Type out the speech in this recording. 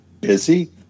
busy